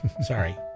Sorry